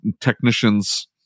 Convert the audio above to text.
technicians